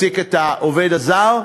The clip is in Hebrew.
העובד הזר,